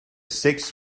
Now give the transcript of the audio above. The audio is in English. six